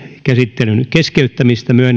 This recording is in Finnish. käsittelyn keskeyttämistä myönnän